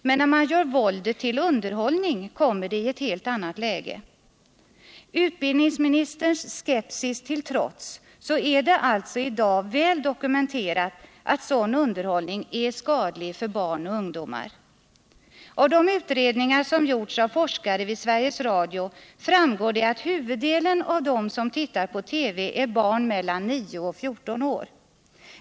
Men när man gör våldet till underhållning kommer vi i ett helt annat läge. Utbildningsministerns skepsis till trots är det alltså i dag väl dokumenterat att sådan underhållning är skadlig för barn och ungdomar. Av de utredningar som gjorts av forskare vid Sveriges Radio framgår det att huvuddelen av dem som tittar på TV är barn mellan 9 och 14 år.